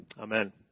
Amen